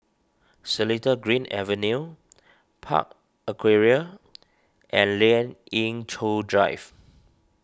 Seletar Green Avenue Park Aquaria and Lien Ying Chow Drive